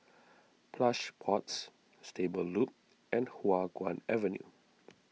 Plush Pods Stable Loop and Hua Guan Avenue